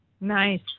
Nice